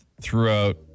throughout